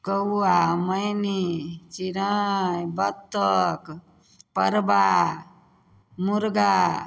कौआ मैनी चिड़ै बत्तख परबा मुरगा